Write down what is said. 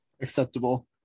Acceptable